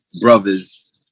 brothers